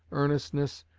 earnestness,